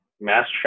mass